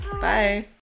bye